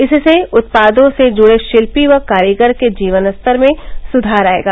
इससे उत्पादों से जुड़े शिल्पी व कारीगर के जीवन स्तर में सुधार आयेगा